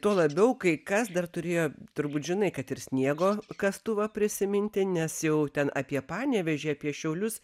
tuo labiau kai kas dar turėjo turbūt žinai kad ir sniego kastuvą prisiminti nes jau ten apie panevėžį apie šiaulius